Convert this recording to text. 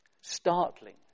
startling